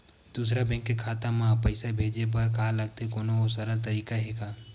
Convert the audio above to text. दूसरा बैंक के खाता मा पईसा भेजे बर का लगथे कोनो सरल तरीका हे का?